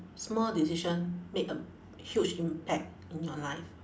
small decision made a huge impact in your life